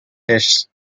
tests